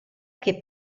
che